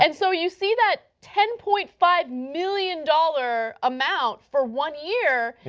and so you see that ten point five million dollar amount for one year,